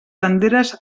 banderes